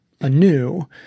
anew